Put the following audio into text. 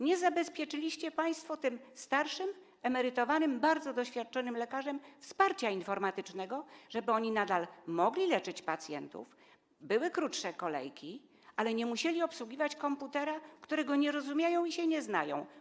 Nie zabezpieczyliście państwo starszym, emerytowanym, bardzo doświadczonym lekarzom wsparcia informatycznego, żeby nadal mogli leczyć pacjentów - co skróci kolejki - ale nie musieli obsługiwać komputera, którego nie rozumieją i na którym się nie znają.